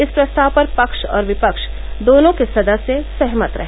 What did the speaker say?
इस प्रस्ताव पर पक्ष और विपक्ष दोनों के सदस्य सहमत रहे